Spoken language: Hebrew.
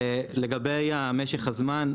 לגבי משך הזמן,